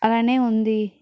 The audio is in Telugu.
అలానే ఉంది